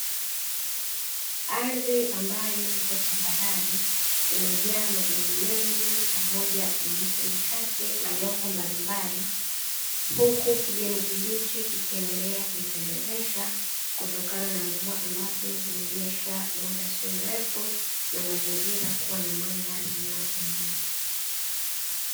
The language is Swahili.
Ardhi ambayo ipo tambarare imejaa majani mengi pamoja na miti michache iliyopo mbalimbali huku kijani kibichi kikiendelea kuipendezesha, kutokana na mvua ambazo zimenyesha mda sio mrefu na mazingira kuwa na mandhari inayopendeza.